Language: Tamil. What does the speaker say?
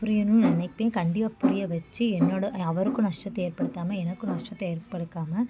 புரியணும்னு நினைப்பேன் கண்டிப்பாக புரிய வச்சி என்னோடய அவருக்கும் நஷ்டத்தை ஏற்படுத்தாமல் எனக்கும் நஷ்டத்தை ஏற்படுத்தாமல்